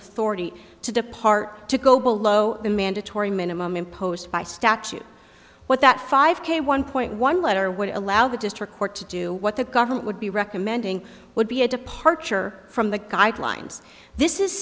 authority to depart to go below the mandatory minimum imposed by statute what that five k one point one letter would allow the district court to do what the government would be recommending would be a departure from the guidelines this is